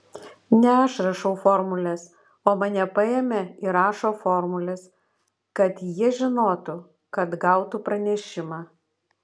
ne aš rašau formules o mane paėmė ir rašo formules kad jie žinotų kad gautų pranešimą